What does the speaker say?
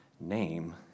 name